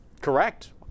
Correct